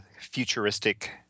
futuristic